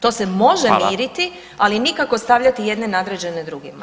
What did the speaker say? To se može miriti, ali nikako stavljati jedne nadređene drugima.